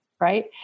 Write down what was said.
right